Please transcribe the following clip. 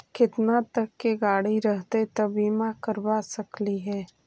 केतना तक के गाड़ी रहतै त बिमा करबा सकली हे?